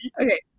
Okay